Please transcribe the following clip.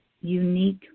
unique